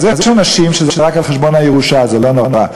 אז יש אנשים שזה רק על חשבון הירושה, זה לא נורא.